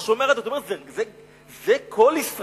אתה שומע את זה, אתה אומר: זה "קול ישראל"?